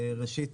ראשית,